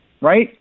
Right